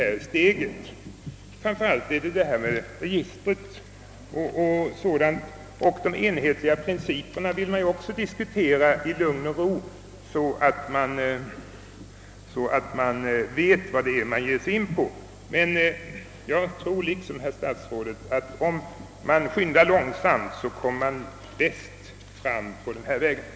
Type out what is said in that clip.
Jag tänker framför allt på frågan om registret. även de enhetliga principerna vill man väl diskutera i lugn och ro, så att man vet vad man ger sig in på. Jag tror liksom herr statsrådet att man kommer fram bäst på denna väg genom att skynda långsamt.